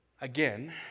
Again